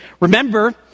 Remember